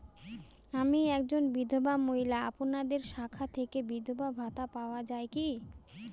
আমি একজন বিধবা মহিলা আপনাদের শাখা থেকে বিধবা ভাতা পাওয়া যায় কি?